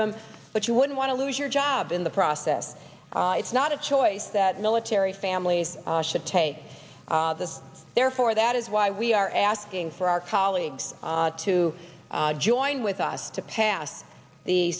them but you wouldn't want to lose your job in the process it's not a choice that military families should take this therefore that is why we are asking for our colleagues to join with us to pass the